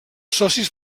socis